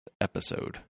episode